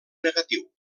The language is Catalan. negatiu